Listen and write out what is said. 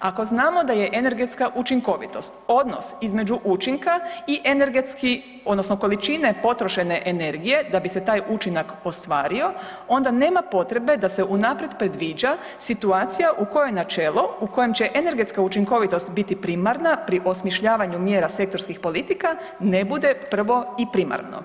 ako znamo da je energetska učinkovitost odnos između učinka i energetski odnosno količine potrošene energije da bi se taj učinak ostvario onda nema potrebe da se unaprijed predviđa situacija u kojoj načelo u kojem će energetska učinkovitost biti primarna pri osmišljavanju mjera sektorskih politika ne bude prvo i primarno.